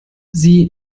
sie